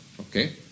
okay